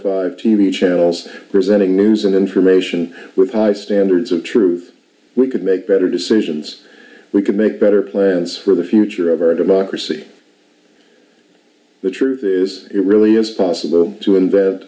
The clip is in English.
five t v channels presenting news and information with high standards of truth we could make better decisions we could make better plans for the future of our democracy the truth is it really is possible to